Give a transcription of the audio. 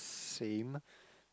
same